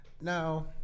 now